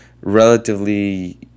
relatively